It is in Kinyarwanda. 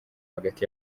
hagati